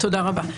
תודה רבה.